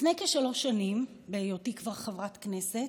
לפני כשלוש שנים, בהיותי כבר חברת כנסת,